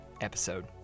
episode